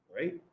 right